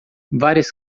várias